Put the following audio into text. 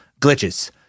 glitches